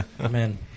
Amen